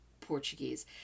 Portuguese